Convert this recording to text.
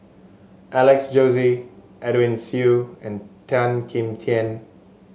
Alex Josey Edwin Siew and Tan Kim Tian